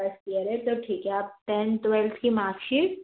first year है तो ठीक है आप टेंथ ट्वेल्थ की मार्कशीट